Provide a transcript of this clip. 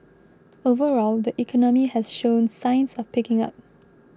overall the economy has shown signs of picking up